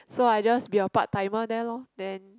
so I just be a part timer there lor then